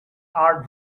are